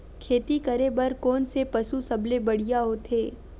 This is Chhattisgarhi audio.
खेती करे बर कोन से पशु सबले बढ़िया होथे?